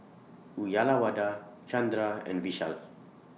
Uyyalawada Chandra and Vishal